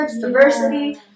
diversity